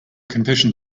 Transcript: confession